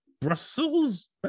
Brussels